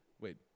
wait